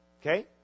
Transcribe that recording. Okay